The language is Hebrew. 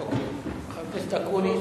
חבר הכנסת אקוניס?